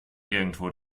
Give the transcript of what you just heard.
irgendwo